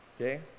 okay